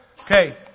Okay